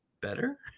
better